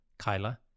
Kyla